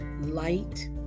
light